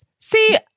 See